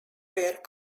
were